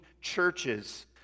churches